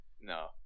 No